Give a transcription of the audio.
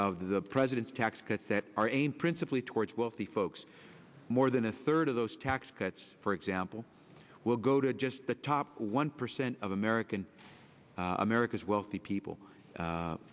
of the president's tax cuts that are aimed principally towards wealthy folks more than a third of those tax cuts for example will go to just the top one percent of american america's wealthy people